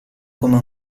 come